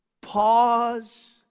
pause